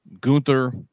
gunther